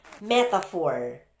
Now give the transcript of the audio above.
metaphor